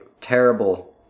terrible